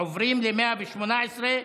עוברים ל-118,